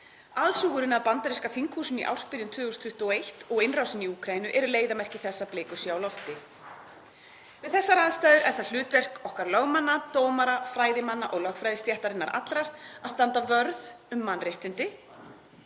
aðsúgurinn að bandaríska þinghúsinu í ársbyrjun 2021 og innrásin í Úkraínu eru leiðarmerki þess að blikur séu á lofti. Við þessar aðstæður er það hlutverk okkar lögmanna, dómara, fræðimanna og lögfræðistéttarinnar allrar að standa vörð um mannréttindi,